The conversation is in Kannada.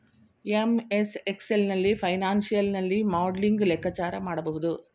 ಎಂ.ಎಸ್ ಎಕ್ಸೆಲ್ ನಲ್ಲಿ ಫೈನಾನ್ಸಿಯಲ್ ನಲ್ಲಿ ಮಾಡ್ಲಿಂಗ್ ಲೆಕ್ಕಾಚಾರ ಮಾಡಬಹುದು